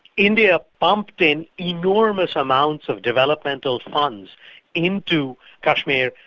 india pumped in enormous amounts of developmental funds into kashmir,